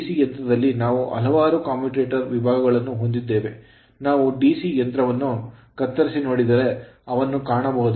DC ಯಂತ್ರದಲ್ಲಿ ನಾವು ಹಲವಾರು commutator ಕಮ್ಯೂಟೇಟರ್ ವಿಭಾಗಗಳನ್ನು ಹೊಂದಿದ್ದೇವೆ ನಾವು DC ಯಂತ್ರವನ್ನು ಕತ್ತರಿಸಿ ನೋಡಿದರೆ ಅವನ್ನು ಕಾಣಬಹುದು